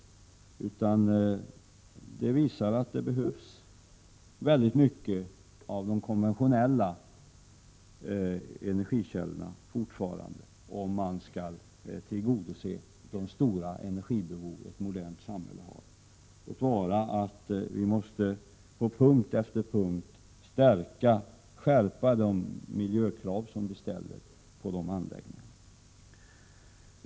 I stället tyder detta på att vi fortfarande behöver många av de konventionella energikällorna för att kunna tillgodose det stora energibehov som ett modernt samhälle har, låt vara att vi på punkt efter punkt måste skärpa miljökraven på anläggningarna.